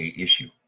issue